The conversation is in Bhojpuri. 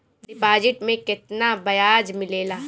डिपॉजिट मे केतना बयाज मिलेला?